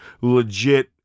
legit